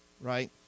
right